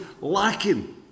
lacking